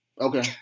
Okay